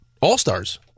all-stars